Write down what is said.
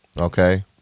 Okay